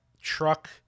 truck